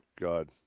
God